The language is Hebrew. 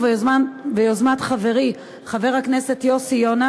ביוזמתי וביוזמת חברי חבר הכנסת יוסי יונה,